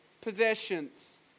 possessions